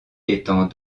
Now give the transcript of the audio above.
étant